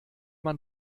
man